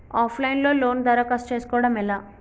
Of line లో loan దరఖాస్తు చేసుకోవడం ఎలా?